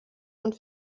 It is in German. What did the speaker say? und